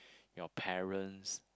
your parents